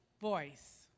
voice